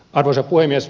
arvoisa puhemies